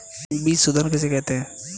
बीज शोधन किसे कहते हैं?